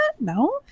No